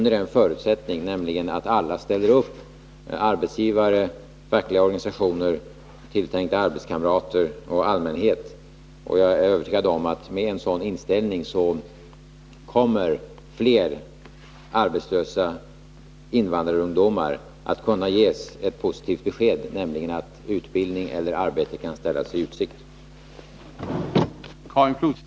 En förutsättning härför är att alla ställer upp — arbetsgivare, fackliga organisationer, tilltänkta arbetskamrater och allmänhet. Med en sådan inställning kommer fler arbetslösa invandrarungdomar att kunna ges ett positivt besked, nämligen att utbildning eller arbete kan ställas i utsikt.